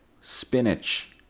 Spinach